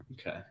Okay